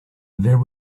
there